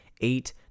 eight